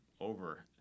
over